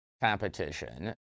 competition